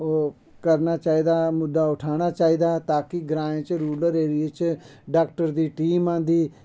ओह् करना चाहिदा हा मुद्दा उठाना चाहिदा हा तां कि ग्राएं च रुलर एरियै च डाक्टर दी टीम औंदी